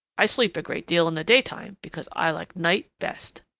i sleep a great deal in the daytime because i like night best.